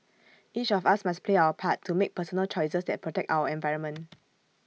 each of us must play our part to make personal choices that protect our environment